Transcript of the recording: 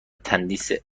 تندیس